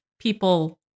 people